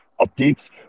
updates